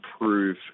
improve